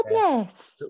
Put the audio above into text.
goodness